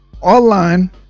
online